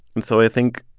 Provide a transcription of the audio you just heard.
and so i think,